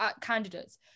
candidates